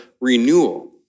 renewal